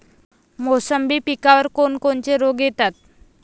मोसंबी पिकावर कोन कोनचे रोग येतात?